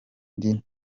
ndi